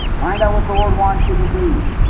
find out what the lord wants you to do.